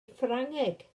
ffrangeg